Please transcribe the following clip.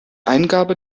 eingabe